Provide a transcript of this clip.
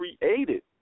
created